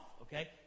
okay